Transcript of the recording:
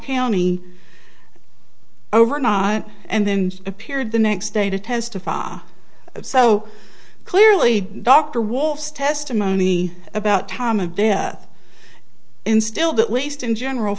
county overnight and then appeared the next day to testify so clearly dr wolf's testimony about time of death instilled at least in general